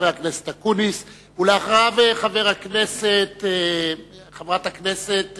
חבר הכנסת אקוניס, ואחריו, חברת הכנסת